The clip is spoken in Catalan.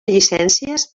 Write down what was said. llicències